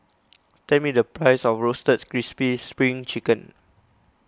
tell me the price of Roasted Crispy Spring Chicken